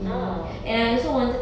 oh okay